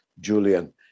Julian